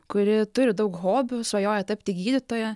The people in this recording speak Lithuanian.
kuri turi daug hobių svajoja tapti gydytoja